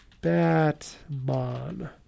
Batman